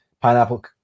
pineapple